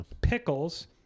pickles